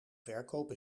verkoop